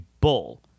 bull